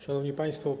Szanowni Państwo!